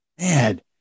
man